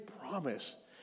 promise